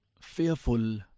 fearful